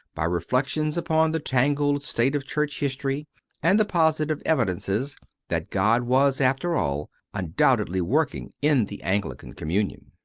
by reflections upon the tangled state of church history and the positive evidences that god was, after all, undoubtedly working in the anglican communion.